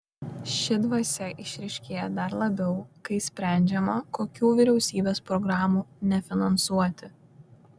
ši dvasia išryškėja dar labiau kai sprendžiama kokių vyriausybės programų nefinansuoti